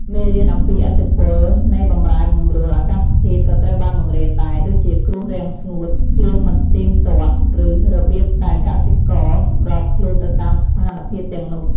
មេរៀនអំពីឥទ្ធិពលនៃបម្រែបម្រួលអាកាសធាតុក៏ត្រូវបានបង្រៀនដែរ ដូចជាគ្រោះរាំងស្ងួត ភ្លៀងមិនទៀងទាត់ ឬ របៀបដែលកសិករសម្របខ្លួនទៅតាមស្ថានភាពទាំងនោះ។